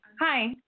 Hi